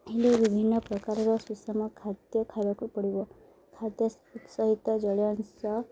ହେଲେ ବିଭିନ୍ନ ପ୍ରକାରର ସୁଷମ ଖାଦ୍ୟ ଖାଇବାକୁ ପଡ଼ିବ ଖାଦ୍ୟ ଉତ୍ସହିତ ଜଳୀୟ ଅଂଶ